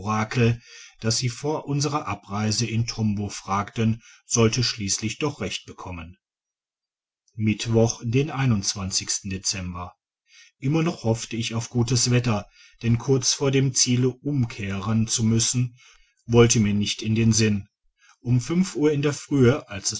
das sie vor unserer abreise in tombo fragten sollte schliesslich doch recht bekommen mittwoch den dezember immer noch hoffte ich auf gutes wetter denn kurz vor dem ziele umkehren zu müssen wollte mir nicht in den sinn um fünf uhr in der frühe als